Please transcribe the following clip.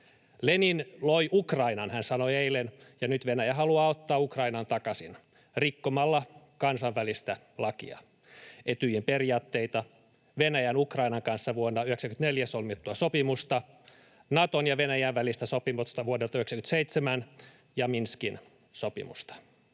Lenin loi Ukrainan, hän sanoi eilen, ja nyt Venäjä haluaa ottaa Ukrainan takaisin rikkomalla kansainvälistä lakia, Etyjin periaatteita, Venäjän Ukrainan kanssa vuonna 94 solmittua sopimusta, Naton ja Venäjän välistä sopimusta vuodelta 97 ja Minskin sopimusta.